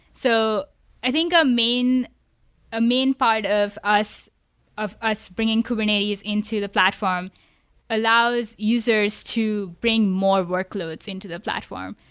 so i think a main ah main part of us of us bringing kubernetes into the platform allows users to bring more workloads into the platform.